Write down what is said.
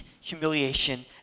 humiliation